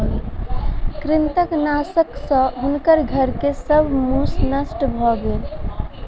कृंतकनाशक सॅ हुनकर घर के सब मूस नष्ट भ गेल